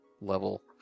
level